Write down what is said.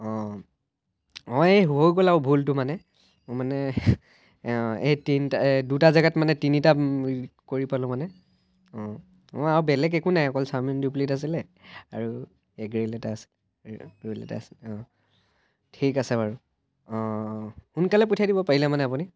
অঁ অঁ এই হৈ গ'ল আৰু ভুলটো মানে মোৰ মানে অঁ এই তিনিটা দুটা জেগাত মানে তিনিটা কৰি পালোঁ মানে অঁ আৰু বেলেগ একো নাই অলপ চাওমিন দুই প্লেট আছিলে আৰু এগ ৰেল এটা আছিলে ৰ'ল এটা আছিলে অঁ ঠিক আছে বাৰু অঁ সোনকালে পঠিয়াই দিব পাৰিলে মানে আপুনি